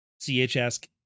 CHS